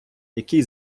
який